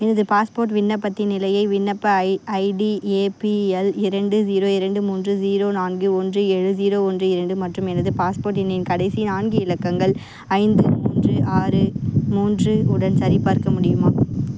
எனது பாஸ்போர்ட் விண்ணப்பத்தின் நிலையை விண்ணப்ப ஐ ஐடி ஏபிஎல் இரண்டு ஜீரோ இரண்டு மூன்று ஜீரோ நான்கு ஒன்று ஏழு ஜீரோ ஒன்று இரண்டு மற்றும் எனது பாஸ்போர்ட் எண்ணின் கடைசி நான்கு இலக்கங்கள் ஐந்து மூன்று ஆறு மூன்று உடன் சரிபார்க்க முடியுமா